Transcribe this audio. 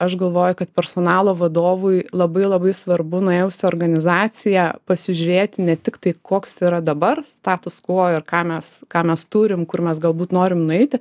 aš galvoju kad personalo vadovui labai labai svarbu nujausti organizaciją pasižiūrėti ne tik tai koks yra dabar status quo ir ką mes ką mes turim kur mes galbūt norim nueiti